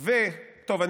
טוב,